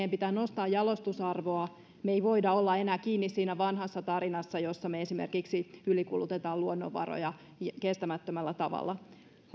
pitää nostaa jalostusarvoa me emme voi olla enää kiinni siinä vanhassa tarinassa jossa me esimerkiksi ylikulutamme luonnonvaroja kestämättömällä tavalla